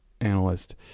analyst